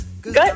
Good